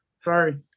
Sorry